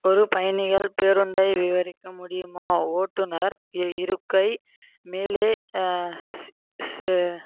ஒரு பயணிகள் பேருந்தை விவரிக்க முடியுமா ஓட்டுநர் இருக்கை மேலே